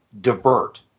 divert